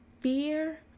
fear